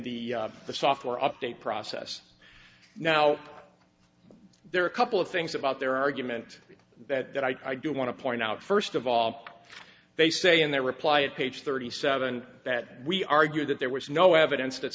the software update process now there are a couple of things about their argument that i do want to point out first of all they say in their reply at page thirty seven that we argued that there was no evidence that